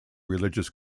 religious